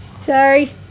Sorry